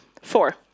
Four